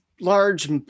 large